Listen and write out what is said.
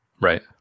Right